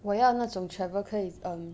我要那种 travel 可以 um